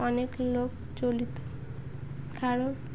অনেক লোক জড়িত কারণ